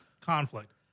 conflict